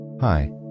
Hi